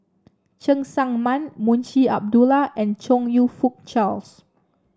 Cheng Tsang Man Munshi Abdullah and Chong You Fook Charles